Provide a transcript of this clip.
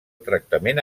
tractament